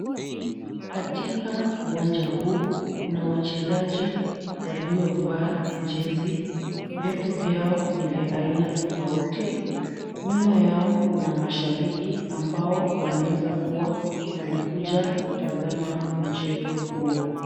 Katika uwanja huu kuna wachezaji waliovaa jezi. Viatu vyao ni vya aina tofauti. Nyuma yao kuna mashabiki ambao wanaeza kuwa walikuja kutazama mchezo huo.